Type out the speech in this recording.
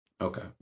Okay